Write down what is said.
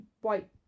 white